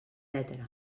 etc